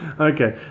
Okay